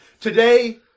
Today